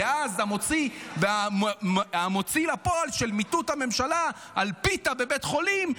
אז המוציא לפועל של מיטוט הממשלה על פיתה בבית חולים,